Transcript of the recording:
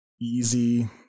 easy